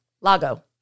Lago